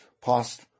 past